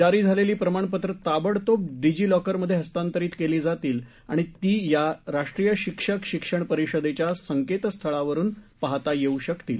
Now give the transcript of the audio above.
जारी झालेली प्रमाणपत्रं ताबडतोब डिजीलाँकरमध्ये हस्तांतरीत केली जातील आणि ती या राष्ट्रीय शिक्षक शिक्षण परिषदेच्या संकेतस्थळावरून पाहता येऊ शकतील